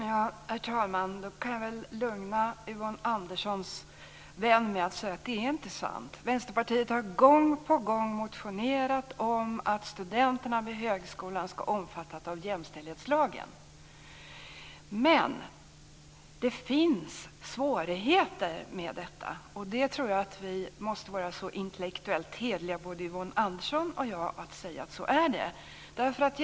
Herr talman! Jag kan lugna Yvonne Anderssons vänner - det är inte sant. Vänsterpartiet har gång på gång motionerat om att studenterna vid högskolan ska omfattas av jämställdhetslagen. Men det finns svårigheter med detta. Jag tror att både Yvonne Andersson och jag måste vara så intellektuellt hederliga att vi kan säga att det är så.